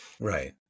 Right